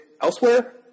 elsewhere